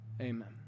Amen